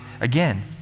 again